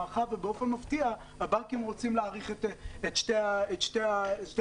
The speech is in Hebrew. באופן מפתיע, הבנקים רוצים להאריך את שתי התקופות.